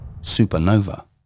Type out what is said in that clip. supernova